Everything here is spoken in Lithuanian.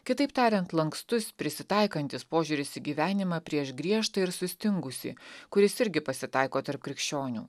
kitaip tariant lankstus prisitaikantis požiūris į gyvenimą prieš griežtą ir sustingusį kuris irgi pasitaiko tarp krikščionių